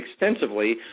extensively